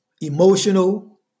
emotional